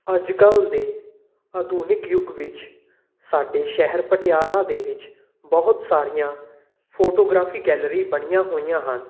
ਅੱਜ ਕੱਲ੍ਹ ਦੇ ਆਧੁਨਿਕ ਯੁੱਗ ਵਿੱਚ ਸਾਡੇ ਸ਼ਹਿਰ ਪਟਿਆਲਾ ਦੇ ਵਿੱਚ ਬਹੁਤ ਸਾਰੀਆਂ ਫੋਟੋਗ੍ਰਾਫੀ ਗੈਲਰੀ ਬਣੀਆਂ ਹੋਈਆਂ ਹਨ